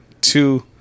two